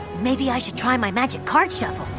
maybe i should try my magic card shuffle.